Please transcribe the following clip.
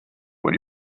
when